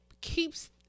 keeps